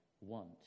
want